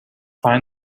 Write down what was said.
find